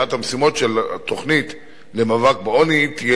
אחת המשימות של התוכנית למאבק בעוני תהיה